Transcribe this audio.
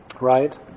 right